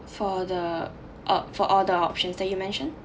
for the uh for all the options that you mentioned